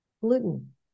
gluten